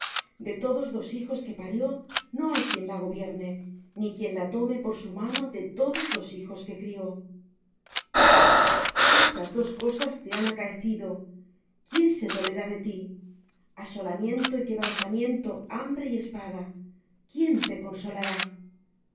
de todos los hijos que parió no hay quien la gobierne ni quien la tome por su mano de todos los hijos que crió estas dos cosas te han acaecido quién se dolerá de ti asolamiento y quebrantamiento hambre y espada quién te consolará